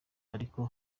ariko